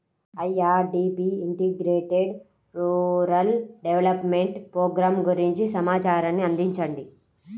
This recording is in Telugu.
IRDP integrated rural development programme గురించి సమాచారాన్ని అందించండి?